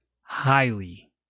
highly